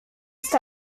ist